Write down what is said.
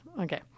Okay